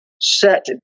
set